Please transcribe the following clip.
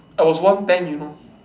I was one ten you know